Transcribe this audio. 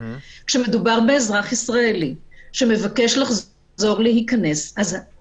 כשמדובר באזרח ישראלי שמבקש לחזור ולהיכנס לארץ,